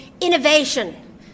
innovation